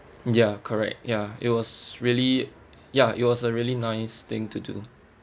ya correct ya it was really ya it was a really nice thing to do